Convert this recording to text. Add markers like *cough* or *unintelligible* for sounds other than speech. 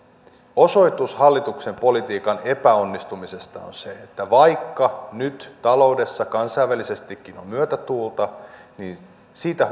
osoitus hallituksen politiikan epäonnistumisesta on se että vaikka nyt taloudessa kansainvälisestikin on myötätuulta niin siitä *unintelligible*